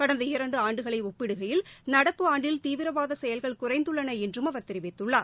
கடந்த இரண்டு ஆண்டுகளை ஒப்பிடுகையில் நடப்பு ஆண்டில் தீவிரவாத செயல்கள் குறைந்துள்ளன என்றும் அவர் தெரிவித்துள்ளார்